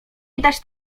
widać